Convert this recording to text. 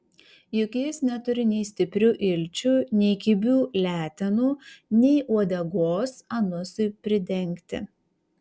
juk jis neturi nei stiprių ilčių nei kibių letenų nei uodegos anusui pridengti